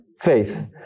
faith